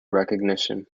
recognition